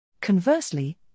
Conversely